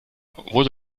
wurde